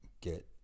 get